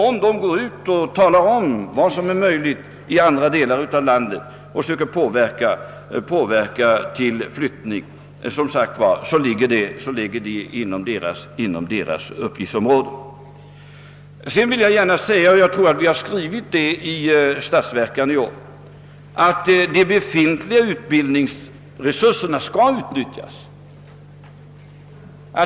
Om de går ut och talar om vilka arbetsmöjligheter som finns i andra delar av landet och söker hjälpa människor till flyttning, så ligger det inom deras uppgiftsområde. Sedan vill jag gärna säga — och jag tror att vi har skrivit det i statsverkspropositionen i år — att de befintliga utbildningsresurserna skall utnyttjas.